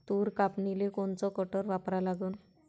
तूर कापनीले कोनचं कटर वापरा लागन?